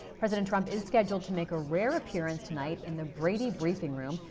president trump is scheduled to make a rare appearance tonight in the brady briefing room.